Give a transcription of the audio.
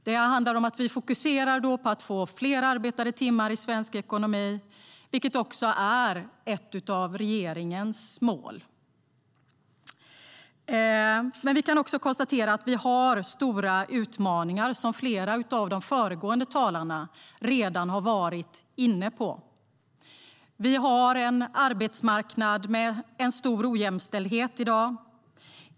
Det handlar om att vi då fokuserar på att få fler arbetade timmar i svensk ekonomi, vilket är ett av regeringens mål. Vi har i dag en arbetsmarknad med en stor ojämställdhet.